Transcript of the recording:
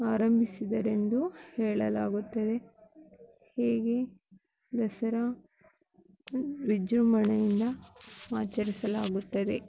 ಆರಂಭಿಸಿದರೆಂದು ಹೇಳಲಾಗುತ್ತದೆ ಹೀಗೆ ದಸರಾ ವಿಜೃಂಭಣೆಯಿಂದ ಆಚರಿಸಲಾಗುತ್ತದೆ